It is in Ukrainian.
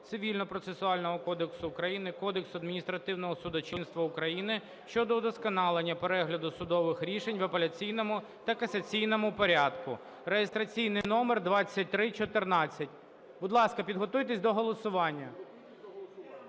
Цивільного процесуального кодексу України, Кодексу адміністративного судочинства України щодо удосконалення перегляду судових рішень в апеляційному та касаційному порядку (реєстраційний номер 2314). Будь ласка, підготуйтеся до голосування.